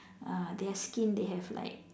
uh their skin they have like